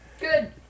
Good